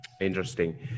Interesting